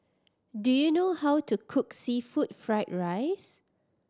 do you know how to cook seafood fried rice